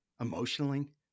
emotionally